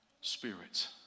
spirits